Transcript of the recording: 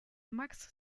max